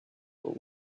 but